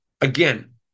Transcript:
Again